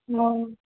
అవును